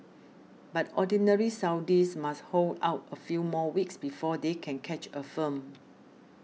but ordinary Saudis must hold out a few more weeks before they can catch a film